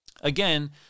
Again